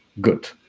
good